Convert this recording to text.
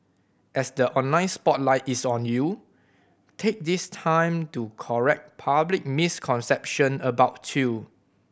as the online spotlight is on you take this time to correct public misconception about you